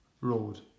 Road